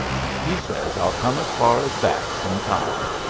and he says i'll come as far as that in time,